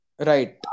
Right